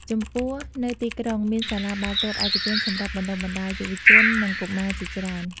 ចំពោះនៅទីក្រុង មានសាលាបាល់ទាត់ឯកជនសម្រាប់បណ្តុះបណ្តាលយុវជន និងកុមារជាច្រើន។